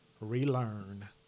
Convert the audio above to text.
relearn